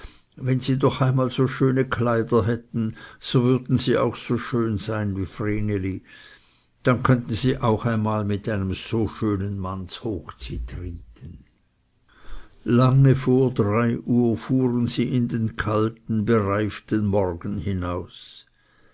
wenn sie doch einmal so schöne kleider hätten so würden sie auch so schön sein wie vreneli dann könnten sie auch einmal mit einem so schönen mann zhochzyt ryten lange vor drei uhr fuhren sie in den kalten bereiften morgen hinaus